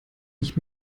nicht